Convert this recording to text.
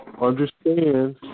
understand